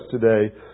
today